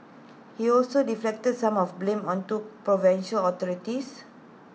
he also deflected some of the blame onto provincial authorities